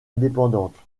indépendantes